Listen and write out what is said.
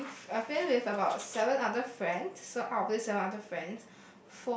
a fifth a fifth with about seven other friends so out of this seven other friends